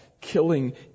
killing